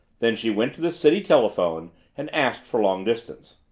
then she went to the city telephone and asked for long distance.